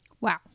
Wow